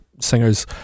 singers